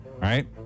Right